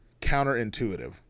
counterintuitive